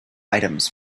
items